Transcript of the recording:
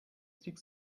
stick